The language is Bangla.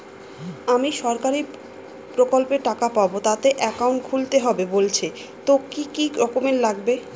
আমি সরকারি প্রকল্পের টাকা পাবো তাতে একাউন্ট খুলতে হবে বলছে তো কি কী ডকুমেন্ট লাগবে?